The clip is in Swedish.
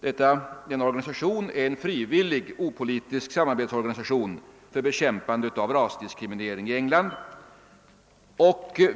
Denna organisation är en frivillig, opolitisk samarbetsorganisation för bekämpande av rasdiskriminering i England.